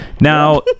Now